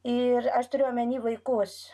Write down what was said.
ir aš turiu omeny vaikus